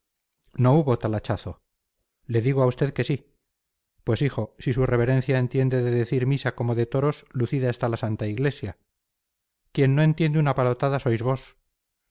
no hubo tal hachazo le digo a usted que sí pues hijo si su reverencia entiende de decir misa como de toros lucida está la santa iglesia quien no entiende una palotada sois vos